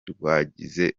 rwagize